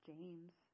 James